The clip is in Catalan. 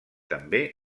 també